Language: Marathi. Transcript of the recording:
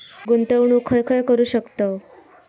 गुंतवणूक खय खय करू शकतव?